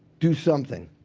do something.